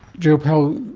jill pell,